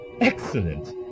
Excellent